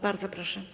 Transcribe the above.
Bardzo proszę.